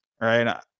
Right